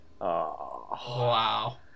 Wow